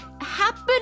happen